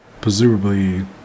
presumably